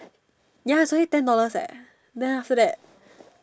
ya it's only ten dollars eh then after that